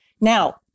Now